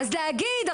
אז להגיד,